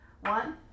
One